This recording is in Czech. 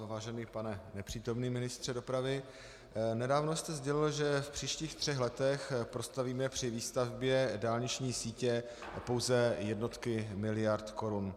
Vážený pane nepřítomný ministře dopravy, nedávno jste sdělil, že v příštích třech letech prostavíme při výstavbě dálniční sítě pouze jednotky miliard korun.